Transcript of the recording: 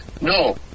no